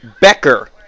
Becker